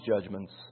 judgments